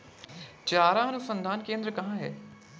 चारा अनुसंधान केंद्र कहाँ है?